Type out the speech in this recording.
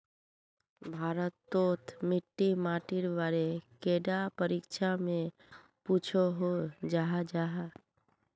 भारत तोत मिट्टी माटिर बारे कैडा परीक्षा में पुछोहो जाहा जाहा?